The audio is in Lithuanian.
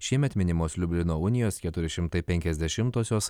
šiemet minimos liublino unijos keturi šimtai penkiasdešimtosios